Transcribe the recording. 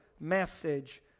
message